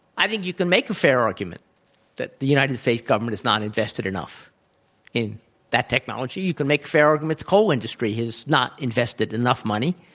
i think you can make a fair argument that the united states government is not invested enough in that technology. you can make a fair argument the coal industry has not invested enough money.